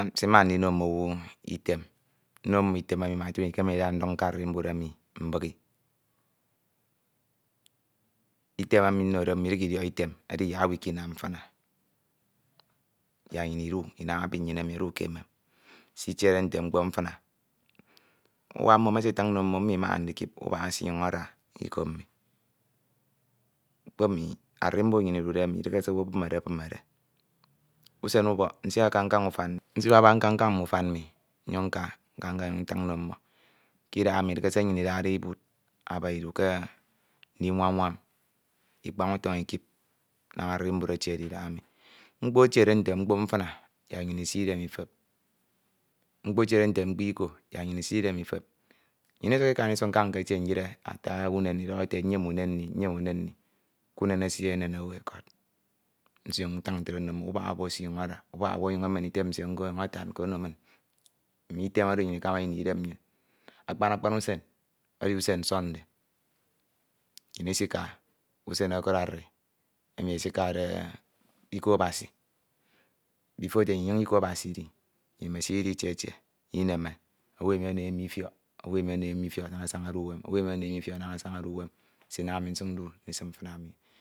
Am nsimade ndino mmowu item nno mmo item emi mak otu do nkeme ndi da ndu uwem ke arimbud emi mbighi item emi nnode mmo idighe idiọk item edi yak owu ikinam mfina, yak nnyin idu inam ebi nnyin emi odu ke emem sitiede nte mkpo mfina ubak mmo mesitiñ nno mmo mmo imaha ndikip ubak mmo esinyuñ ada iko mmi iko mmi arimbud